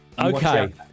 Okay